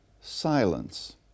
Silence